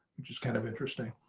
which is kind of interesting.